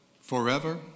forever